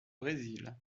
brésil